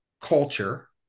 culture